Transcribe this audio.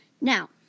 Now